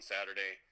Saturday